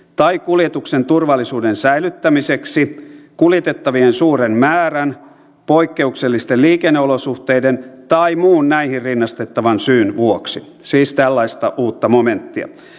tai kuljetuksen turvallisuuden säilyttämiseksi kuljetettavien suuren määrän poikkeuksellisten liikenneolosuhteiden tai muun näihin rinnastettavan syyn vuoksi siis tällaista uutta momenttia